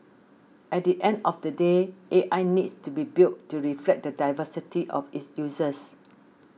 at the end of the day A I needs to be built to reflect the diversity of its users